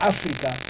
Africa